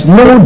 no